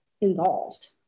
involved